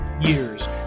years